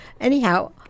Anyhow